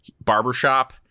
Barbershop